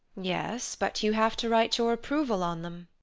yes, but you have to write your approval on them.